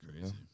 crazy